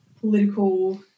political